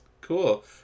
Cool